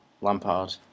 Lampard